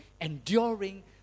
enduring